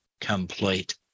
complete